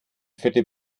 fette